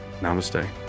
Namaste